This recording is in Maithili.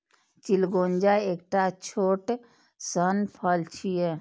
चिलगोजा एकटा छोट सन फल छियै